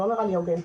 לא נראה לי הוגן.